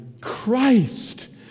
Christ